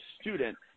student